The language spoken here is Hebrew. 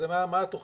אז מה התוכנית,